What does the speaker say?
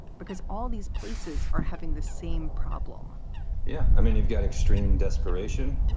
because all these places are having the same problem yeah, i mean, you've got extreme desperation,